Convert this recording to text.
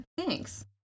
thanks